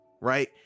right